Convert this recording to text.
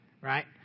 right